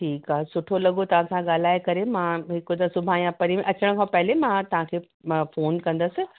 ठीकु आहे सुठो लॻो तव्हां सां ॻाल्हाए करे मां हिक त सुभाणे अचनि खां पहिरीं मां तव्हांखे फ़ोन कंदसि